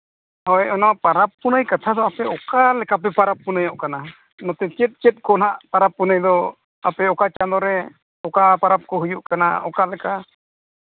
ᱦᱳᱭ ᱚᱱᱟ ᱯᱚᱨᱚᱵᱽ ᱯᱩᱱᱟᱹᱭ ᱠᱟᱛᱷᱟ ᱫᱚ ᱟᱯᱮ ᱚᱠᱟ ᱞᱮᱠᱟ ᱯᱮ ᱯᱚᱨᱚᱵᱽ ᱯᱩᱱᱟᱹᱭᱚᱜ ᱠᱟᱱᱟ ᱱᱚᱛᱮ ᱪᱮᱫ ᱪᱮᱫ ᱠᱚ ᱱᱟᱦᱟᱜ ᱯᱚᱨᱚᱵᱽ ᱯᱩᱱᱟᱹᱭ ᱫᱚ ᱟᱯᱮ ᱚᱠᱟ ᱪᱟᱸᱫᱚ ᱨᱮ ᱚᱠᱟ ᱯᱚᱨᱚᱵᱽ ᱠᱚ ᱦᱩᱭᱩᱜ ᱠᱟᱱᱟ ᱚᱠᱟ ᱞᱮᱠᱟ